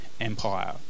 Empire